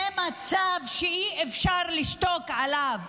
זה מצב שאי-אפשר לשתוק עליו.